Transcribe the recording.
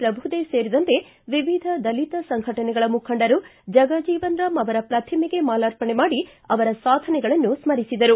ಪ್ರಭುದೇವ್ ಸೇರಿದಂತೆ ವಿವಿಧ ದಲಿತ ಸಂಘಟನೆಗಳ ಮುಖಂಡರು ಜಗಜೀವನರಾಂ ಅವರ ಪ್ರತಿಮೆಗೆ ಮಾಲಾರ್ಪಣೆ ಮಾಡಿ ಜಗಜೀವನರಾಂ ಅವರ ಸಾಧನೆಗಳನ್ನು ಸ್ನರಿಸಿದರು